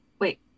wait